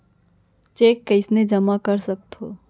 Cheque कईसने जेमा कर सकथो?